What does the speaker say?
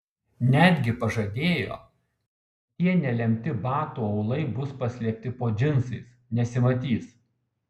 netgi pažadėjo kad tie nelemti batų aulai bus paslėpti po džinsais nesimatys